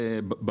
ככלל,